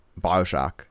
Bioshock